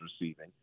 receiving